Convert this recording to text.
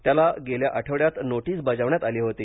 त्याला गेल्या आठवड्यात नोटीस बजावण्यात आली होती